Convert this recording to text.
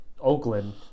Oakland